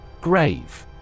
Grave